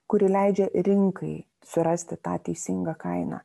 kuri leidžia rinkai surasti tą teisingą kainą